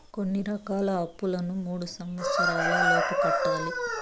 కొన్ని రకాల అప్పులను మూడు సంవచ్చరాల లోపు కట్టాలి